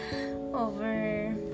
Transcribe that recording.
over